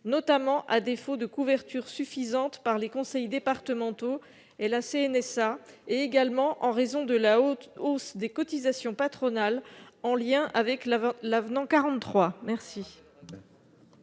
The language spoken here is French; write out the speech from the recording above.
en cas de couverture insuffisante par les conseils départementaux et la CNSA, notamment en raison de la hausse des cotisations patronales en lien avec cet avenant.